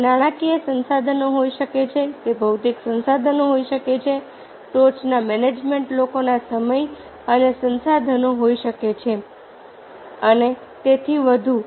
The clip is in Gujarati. તે નાણાકીય સંસાધનો હોઈ શકે છે તે ભૌતિક સંસાધનો હોઈ શકે છે ટોચના મેનેજમેન્ટ લોકોના સમય અને સંસાધનો હોઈ શકે છે અને તેથી વધુ